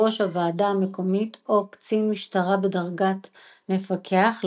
הוועדה המקומית או קצין משטרה בדרגת מפקח,